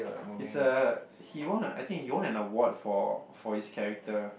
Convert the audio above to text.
it's a he won a I think he won an award for for his character